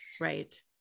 Right